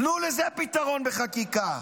תנו לזה פתרון בחקיקה,